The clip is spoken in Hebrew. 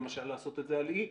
למשל, לעשות את זה על אי.